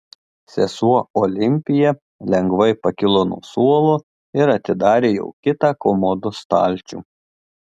sesuo olimpija lengvai pakilo nuo suolo ir atidarė jau kitą komodos stalčių